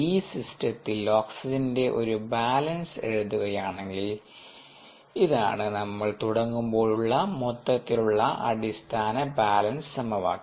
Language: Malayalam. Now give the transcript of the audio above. ഈ സിസ്റ്റത്തിൽ ഓക്സിജന്റെ ഒരു ബാലൻസ് എഴുതുകയാണെങ്കിൽ ഇതാണ് നമ്മൾ തുടങ്ങുമ്പോഴുള്ള മൊത്തത്തിലുള്ള അടിസ്ഥാന ബാലൻസ് സമവാക്യം